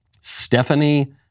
Stephanie